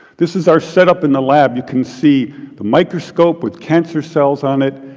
this is our setup in the lab. you can see the microscope with cancer cells on it.